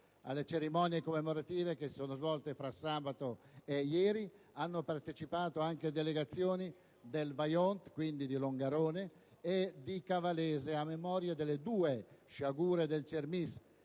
Alle cerimonie commemorative che si sono svolte fra sabato e ieri hanno partecipato anche delegazioni del Vajont - quindi di Longarone - e di Cavalese, a memoria delle due sciagure del Cermis,